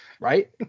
right